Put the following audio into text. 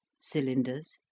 cylinders